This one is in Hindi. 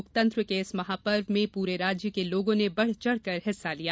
लोकतंत्र के इस महापर्व में पूरे राज्य के लोगों ने बढ़ चढ़कर हिस्सा लिया